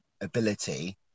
ability